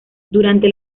durante